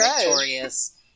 victorious